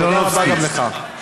תודה רבה גם לך.